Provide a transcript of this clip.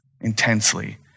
intensely